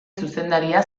zuzendaria